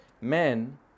Men